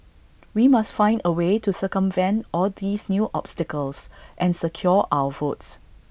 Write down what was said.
we must find A way to circumvent all these new obstacles and secure our votes